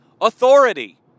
authority